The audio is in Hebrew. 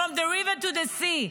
from the river to the sea,